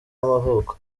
y’amavuko